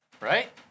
Right